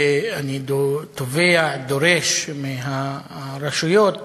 ואני תובע, דורש, מהרשויות